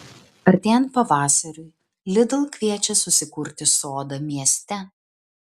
artėjant pavasariui lidl kviečia susikurti sodą mieste